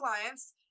clients